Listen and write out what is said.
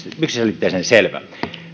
yksiselitteisen selvää